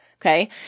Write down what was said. Okay